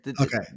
Okay